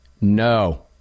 no